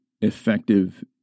effective